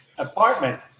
Apartment